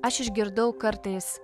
aš išgirdau kartais